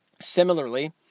Similarly